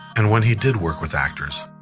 and when he did work with actors,